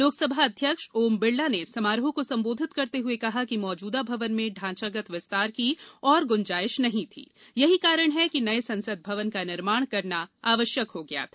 लोकसभा अध्यक्ष ओम बिरला ने समारोह को संबोधित करते हुए कहा कि मौजूदा भवन में ढांचागत विस्तार की और गुंजाइश नहीं थी यही कारण है कि नए संसद भवन का निर्माण करना आवश्यक हो गया था